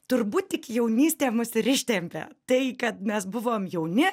turbūt tik jaunystė mus ir ištempė tai kad mes buvom jauni